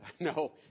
No